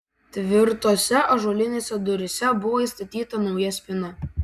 tvirtose ąžuolinėse duryse buvo įstatyta nauja spyna